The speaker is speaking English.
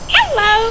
Hello